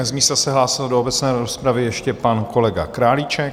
Z místa se hlásil do obecné rozpravy ještě pan kolega Králíček.